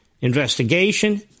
investigation